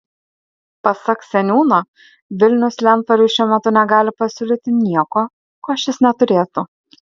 pasak seniūno vilnius lentvariui šiuo metu negali pasiūlyti nieko ko šis neturėtų